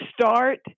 start